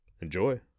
Enjoy